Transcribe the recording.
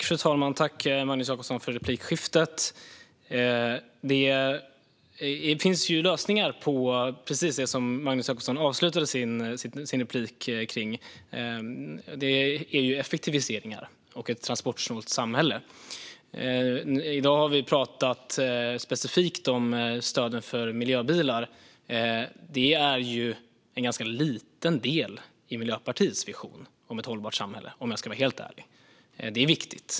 Fru talman! Tack, Magnus Jacobsson, för replikskiftet! Det finns lösningar på precis det som Magnus Jacobsson avslutade sin replik med. Det är effektiviseringar och ett transportsnålt samhälle. I dag har vi talat specifikt om stöden för miljöbilar. Det är, om jag ska vara helt ärlig, en ganska liten del av Miljöpartiets vision om ett hållbart samhälle. Det är viktigt.